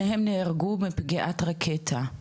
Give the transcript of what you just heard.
שניהם נהרגו מפגיעת רקטה.